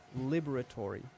liberatory